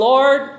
Lord